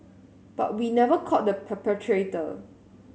but we never caught the perpetrator